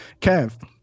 Kev